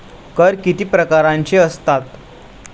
कर किती प्रकारांचे असतात?